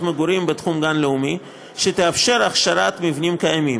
מגורים בתחום גן לאומי שתאפשר הכשרת מבנים קיימים,